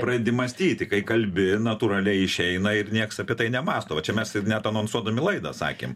pradedi mąstyti kai kalbi natūraliai išeina ir nieks apie tai nemąsto va čia mes ir net anonsuodami laidą sakėm